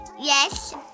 yes